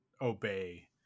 obey